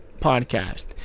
podcast